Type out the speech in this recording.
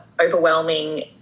Overwhelming